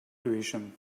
tuition